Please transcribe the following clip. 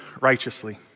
righteously